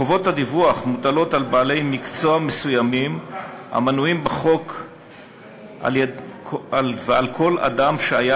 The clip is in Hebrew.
חובות הדיווח מוטלות על בעלי מקצוע מסוימים המנויים בחוק ועל כל אדם שהיה